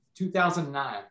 2009